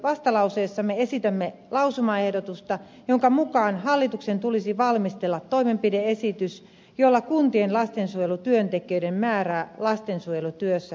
vastalauseessamme esitämme lausumaehdotusta jonka mukaan hallituksen tulisi valmistella toimenpide esitys jolla kuntien lastensuojelutyöntekijöiden määrää lastensuojelutyössä vahvistetaan